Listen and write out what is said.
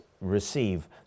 receive